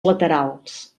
laterals